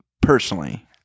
personally